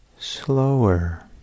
Slower